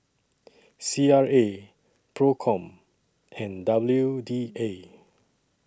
C R A PROCOM and W D A